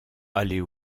aller